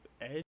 edge